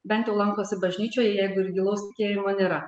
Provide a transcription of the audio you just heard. bent jau lankosi bažnyčioje jeigu ir gilaus tikėjimo nėra